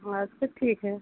अच्छा ठीक है